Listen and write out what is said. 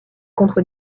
contre